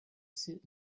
suit